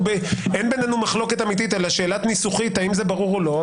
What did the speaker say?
אין בינינו מחלוקת אמיתית אלא שאל ניסוחית האם זה ברור או לא,